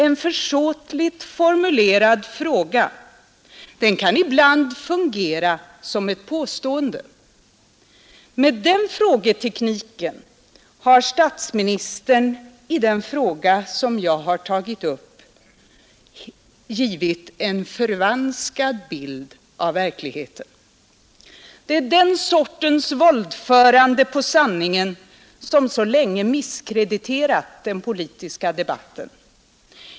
En försåtligt formulerad fråga kan ibland fungera som ett påstående. Med den frågetekniken har statsministern i det spörsmål som jag har tagit upp givit en förvanskad bild av verkligheten. Det är den sortens våldförande på sanningen som så länge misskrediterat den politiska debatten.